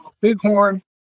Bighorn